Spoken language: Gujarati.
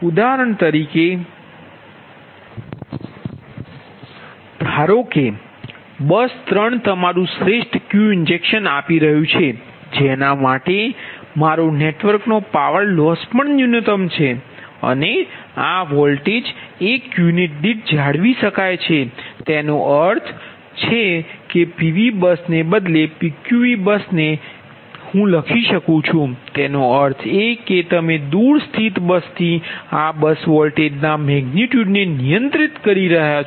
ઉદાહરણ તરીકે ધારો કે બસ 3 તમારું શ્રેષ્ઠ Q ઇંજેક્શન આપી રહ્યું છે જેના માટે મારો નેટવર્કનો પાવર લોસ પણ ન્યૂનતમ છે અને હું આ વોલ્ટેજ 1 યુનિટ દીઠ જાળવી શકું છું તેનો અર્થ એ કે PV બસ ને બદલે PQV બસને તેનો અર્થ એ કે તમે દૂર સ્થિત બસથી આ બસ વોલ્ટેજના મેગનિટયુડ ને નિયંત્રિત કરી રહ્યાં છો